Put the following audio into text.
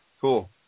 Cool